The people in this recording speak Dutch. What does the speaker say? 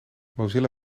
mozilla